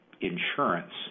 insurance